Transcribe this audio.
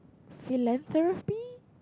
philanthropy